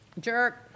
Jerk